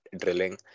drilling